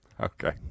Okay